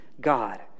God